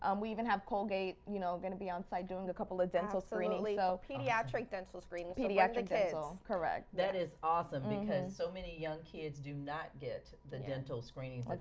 um we even have colgate, you know, going be on site doing a couple of dental screening. like absolutely, pediatric dental screening. pediatric dental, correct. that is awesome because so many young kids do not get the dental screenings that